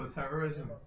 terrorism